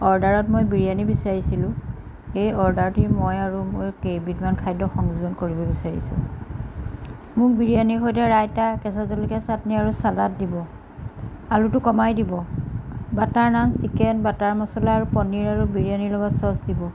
অৰ্ডাৰত মই বিৰিয়ানী বিচাৰিছিলোঁ সেই অৰ্ডাৰটোৱে মই আৰু কেইবিধমান খাদ্য সংযোজন কৰিব বিচাৰিছোঁ মোক বিৰিয়ানীৰ সৈতে ৰাইতা কেঁচা জলকীয়া চাটনি আৰু চালাড দিব আলুটো কমাই দিব butter naan chicken butter masala আৰু পনীৰ আৰু বিৰিয়ানীৰ লগত চ'চ দিব